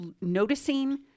noticing